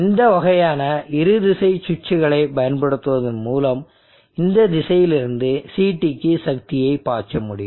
இந்த வகையான இரு திசை சுவிட்சுகளைப் பயன்படுத்துவதன் மூலம் இந்த திசையிலிருந்து CT க்கு சக்தியை பாய்ச்ச முடியும்